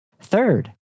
Third